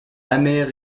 amer